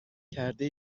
کرده